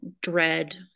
dread